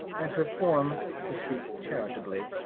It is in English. and her form, to speak charitably,